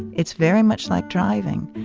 it's very much like driving.